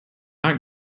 not